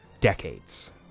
decades